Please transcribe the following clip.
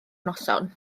noson